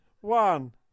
One